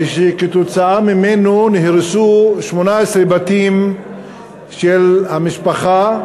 ושכתוצאה ממנו נהרסו 18 בתים של המשפחה,